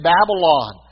Babylon